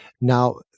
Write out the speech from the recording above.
Now